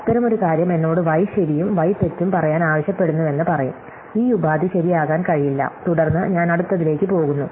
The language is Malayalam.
അത്തരമൊരു കാര്യം എന്നോട് y ശെരിയും y തെറ്റും പറയാൻ ആവശ്യപ്പെടുന്നുവെന്ന് പറയും ഈ ഉപാധി ശരിയാകാൻ കഴിയില്ല തുടർന്ന് ഞാൻ അടുത്തതിലേക്ക് പോകുന്നു